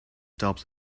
stop